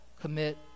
commit